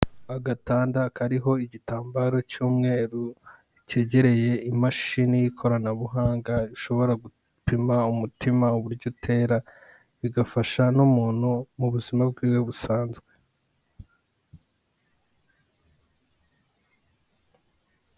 Agatanda kariho igitambaro cy'umweru, cyegereye imashini y'ikoranabuhanga ishobora gupima umutima uburyo utera, bigafasha n'umuntu mu buzima bw'iwe busanzwe.